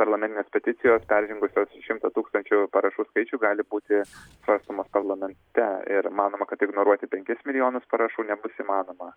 parlamentinės peticijos peržengusios šimto tūkstančių parašų skaičių gali būti svarstomas parlamente ir manoma kad ignoruoti penkis milijonus parašų nebus įmanoma